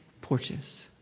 porches